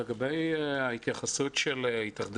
מנהל המכללה יכול באופן אישי לכתוב מכתב עבור